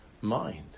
mind